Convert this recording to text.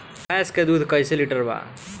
भैंस के दूध कईसे लीटर बा?